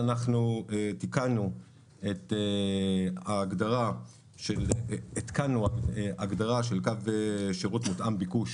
לכן עדכנו הגדרה של קו שירות מותאם ביקוש